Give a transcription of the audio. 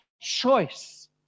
choice